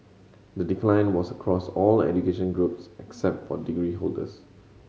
the decline was across all education groups except for degree holders